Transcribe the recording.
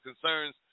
concerns